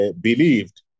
believed